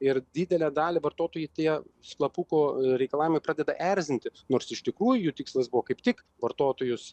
ir didelę dalį vartotojų tie slapuko reikalavimai pradeda erzinti nors iš tikrųjų tikslas buvo kaip tik vartotojus